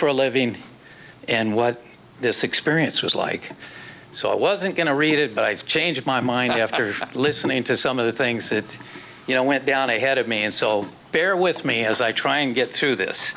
for a living and what this experience was like so i wasn't going to read it but i've changed my mind after listening to some of the things that you know went down ahead of me and so bear with me as i try and get through this